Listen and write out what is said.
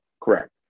correct